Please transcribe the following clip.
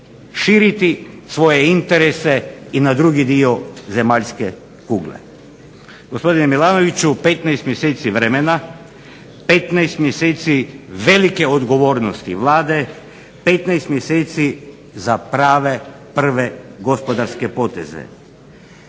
širiti svoje interese i na drugi dio zemaljske kugle. Gospodine Milanoviću 15 mjeseci vremena, 15 mjeseci velike odgovornosti Vlade, 15 mjeseci za prave prve gospodarske poteze.